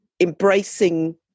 embracing